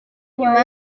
nyuma